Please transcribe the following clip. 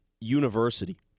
University